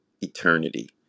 eternity